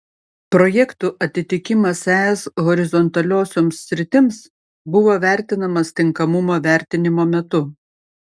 projektų atitikimas es horizontaliosioms sritims buvo vertinamas tinkamumo vertinimo metu